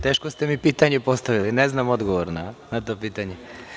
Teško ste mi pitanje postavili, ne znam odgovor na to pitanje.